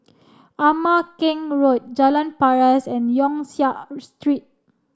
Ama Keng Road Jalan Paras and Yong Siak Street